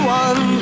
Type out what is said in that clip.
one